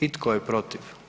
I tko je protiv?